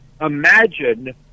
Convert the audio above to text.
imagine